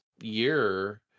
year